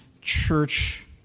church